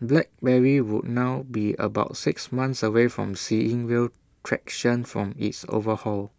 black Berry would now be about six months away from seeing real traction from its overhaul